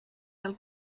del